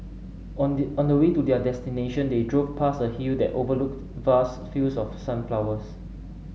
on the on the way to their destination they drove past a hill that overlooked vast fields of sunflowers